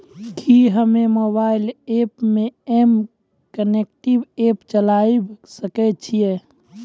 कि हम्मे मोबाइल मे एम कनेक्ट एप्प चलाबय सकै छियै?